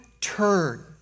turn